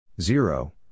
Zero